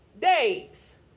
days